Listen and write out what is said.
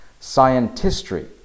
Scientistry